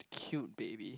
cute baby